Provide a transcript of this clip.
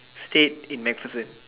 stayed in MacBook